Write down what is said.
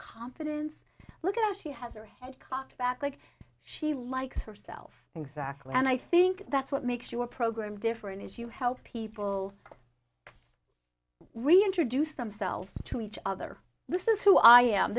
confidence look at how she has her head cocked back like she likes herself exactly and i think that's what makes your program different is you help people reintroduce themselves to each other this is who i am